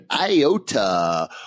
IOTA